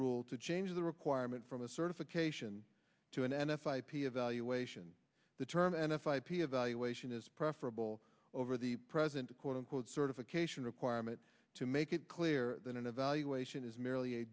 rule to change the requirement from a certification to an n f i p evaluation the term and f i p evaluation is preferable over the present quote unquote certification requirement to make it clear that an evaluation is merely a